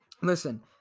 listen